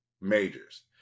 Majors